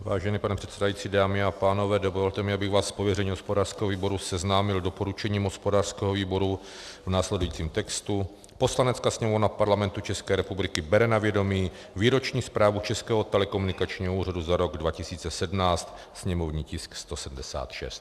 Vážený pane předsedající, dámy a pánové, dovolte mi, abych vás z pověření hospodářského výboru seznámil s doporučením hospodářského výboru v následujícím textu: Poslanecká sněmovna Parlamentu České republiky bere na vědomí Výroční zprávu Českého telekomunikačního úřadu za rok 2017, sněmovní tisk 176.